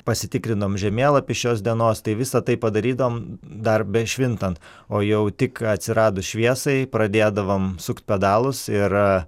pasitikrinom žemėlapį šios dienos tai visa tai padarydavom dar bešvintant o jau tik atsiradus šviesai pradėdavom sukt pedalus ir